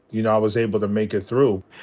you know, i was able to make it through.